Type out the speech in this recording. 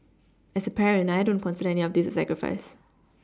as a parent I don't consider any of this a sacrifice